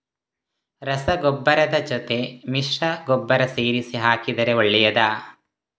ರಸಗೊಬ್ಬರದ ಜೊತೆ ಮಿಶ್ರ ಗೊಬ್ಬರ ಸೇರಿಸಿ ಹಾಕಿದರೆ ಒಳ್ಳೆಯದಾ?